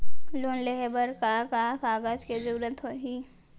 Loan लेहे बर का का कागज के जरूरत होही?